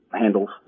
handles